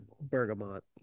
Bergamot